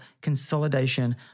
consolidation